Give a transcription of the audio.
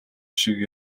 шиг